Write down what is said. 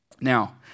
Now